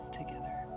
together